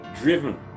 driven